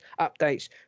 updates